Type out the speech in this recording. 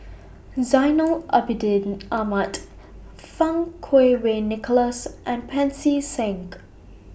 Zainal Abidin Ahmad Fang Kuo Wei Nicholas and Pancy Seng